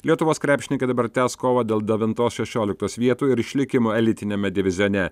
lietuvos krepšininkai dabar tęs kovą dėl devintos šešioliktos vietų ir išlikimo elitiniame divizione